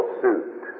suit